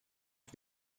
for